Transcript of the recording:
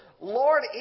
Lord